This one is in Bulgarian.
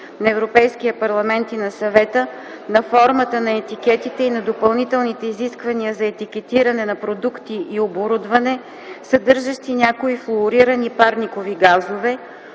на Европейския парламент и на Съвета на формата на етикетите и на допълнителните изисквания за етикетиране на продукти и оборудване, съдържащи някои флуорирани парникови газове